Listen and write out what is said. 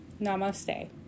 Namaste